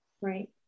right